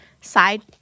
side